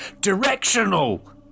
DIRECTIONAL